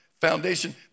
foundation